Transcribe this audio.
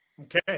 Okay